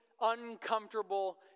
uncomfortable